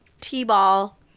t-ball